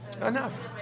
Enough